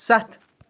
ستھ